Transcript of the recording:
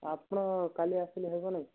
ଆପଣ କାଲି ଆସିଲେ ହେବ ନାଇଁ